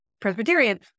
Presbyterian